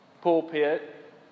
pulpit